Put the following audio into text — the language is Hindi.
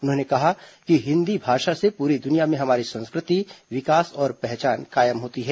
उन्होंने कहा है कि हिंदी भाषा से पूरी दुनिया में हमारी संस्कृति विकास और पहचान कायम होती है